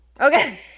Okay